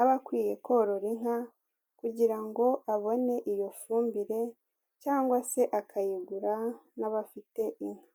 aba akwiye korora inka kugira ngo abone iyo fumbire, cyangwa se akayigura n'abafite inka.